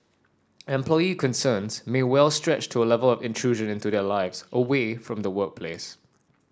employee concerns may well stretch to A Level of intrusion into their lives away from the workplace